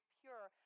pure